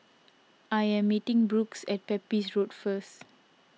I am meeting Brooks at Pepys Road first